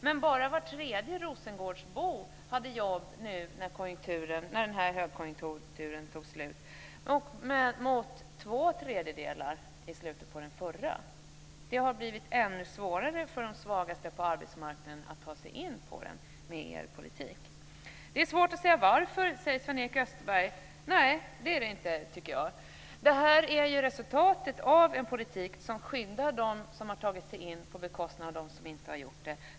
Men bara var tredje Rosengårdsbo hade jobb nu när den här högkonjunkturen tog slut, mot två tredjedelar i slutet på den förra. Det har blivit ännu svårare för de svagaste på arbetsmarknaden att ta sig in på den med er politik. Det är svårt att säga varför, säger Sven-Erik Österberg. Nej, det är det inte, tycker jag. Detta är ju resultatet av den politik som skyddar dem som har tagit sin in på bekostnad av dem som inte har gjort det.